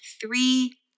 three